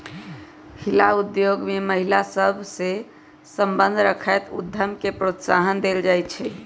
हिला उद्योग में महिला सभ सए संबंध रखैत उद्यम के प्रोत्साहन देल जाइ छइ